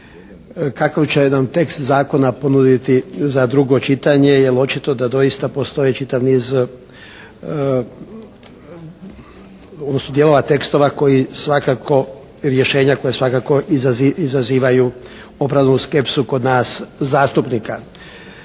kakav će jedan tekst zakona ponuditi za drugo čitanje. Jer očito da doista postoji čitav niz, odnosno dijelova tekstova koji svakako rješenja koja svakako izazivaju opravdanu skepsu kod nas zastupnika.